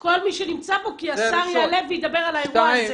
כל מי שנמצא פה, כי השר יעלה וידבר על האירוע הזה.